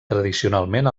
tradicionalment